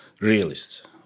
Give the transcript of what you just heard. realists